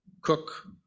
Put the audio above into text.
cook